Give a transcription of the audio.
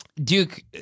Duke